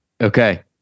Okay